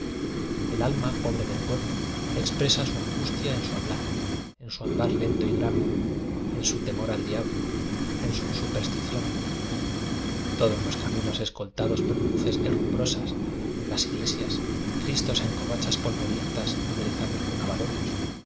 el alma pobre del pueblo expre sa su angustia en su hablar en su andar lento y grave en su temor al diablo en su superstición todos los caminos escoltados por cruces herrumbrosas en las iglesias cristos en covachas polvorientas adereza dos con